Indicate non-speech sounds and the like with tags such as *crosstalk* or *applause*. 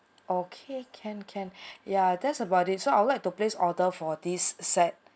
okay can can *breath* ya that's about it so I would like to place order for this set